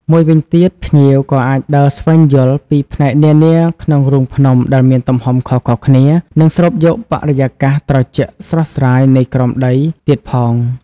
មួយវិញទៀត ភ្ញៀវក៏អាចដើរស្វែងយល់ពីផ្នែកនានាក្នុងរូងភ្នំដែលមានទំហំខុសៗគ្នានិងស្រូបយកបរិយាកាសត្រជាក់ស្រស់ស្រាយនៃក្រោមដីទៀតផង។